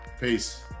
Peace